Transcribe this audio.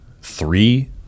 three